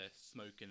smoking